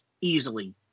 easily